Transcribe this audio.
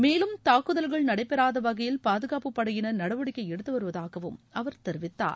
மேலும் தாக்குதல்கள் நடைபெறாத வகையில் பாதுகாப்பு படையினர் நடவடிக்கை எடுத்து வருவதாக அவர் தெரிவித்தார்